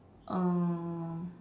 uh